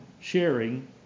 sharing